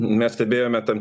mes stebėjome tam